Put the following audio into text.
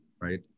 right